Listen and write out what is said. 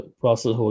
process